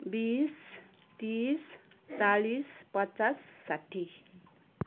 बिस तिस चालिस पचास साठी